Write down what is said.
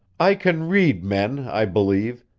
i can read men, i believe,